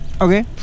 Okay